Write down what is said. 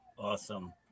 Awesome